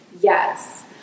Yes